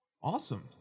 Awesome